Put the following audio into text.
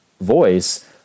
voice